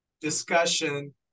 discussion